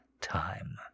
time